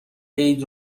عید